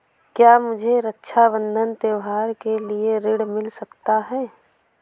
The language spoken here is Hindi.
क्या मुझे रक्षाबंधन के त्योहार के लिए ऋण मिल सकता है?